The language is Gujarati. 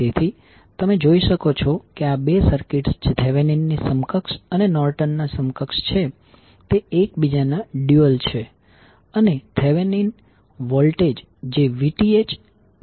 તેથી તમે જોઈ શકો છો કે આ બે સર્કિટ્સ જે થેવેનીન ની સમકક્ષ અને નોર્ટન ના સમકક્ષ છે તે એકબીજાના ડ્યુઅલ છે અને થેવેનીન વોલ્ટેજ જે VThZNIN છે